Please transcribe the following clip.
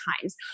times